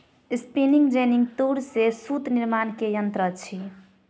spinning jenny तूर से सूत निर्माण के यंत्र अछि